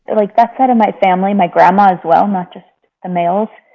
and like that side of my family, my grandma as well, not just the males,